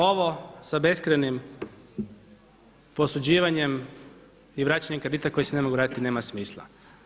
Ovo sa beskrajnim posuđivanjem i vraćanjem kredita koji se ne mogu vratiti nema smisla.